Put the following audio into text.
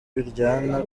biryana